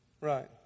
right